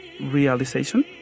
realization